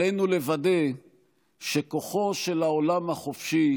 עלינו לוודא שכוחו של העולם החופשי